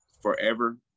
forever